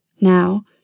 Now